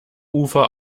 ufer